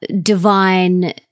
divine